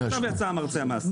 עכשיו יצא המרצע מהשק,